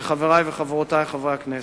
וחברי וחברותי חברי הכנסת,